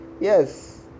Yes